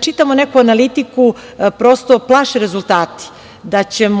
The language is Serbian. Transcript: čitamo neku analitiku prosto plaše rezultati da će nas